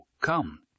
Come